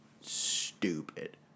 stupid